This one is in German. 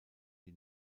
die